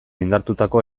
indartutako